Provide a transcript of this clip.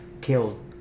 killed